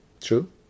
True